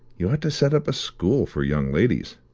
you ought to set up a school for young ladies.